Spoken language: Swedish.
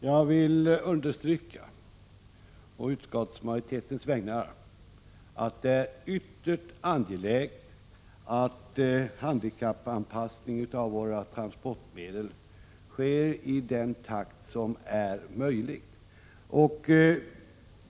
Herr talman! Jag vill på utskottsmajoritetens vägnar understryka att det är ytterst angeläget att handikappanpassningen av våra transportmedel sker i den takt som är möjlig.